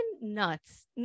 nuts